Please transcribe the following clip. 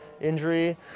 injury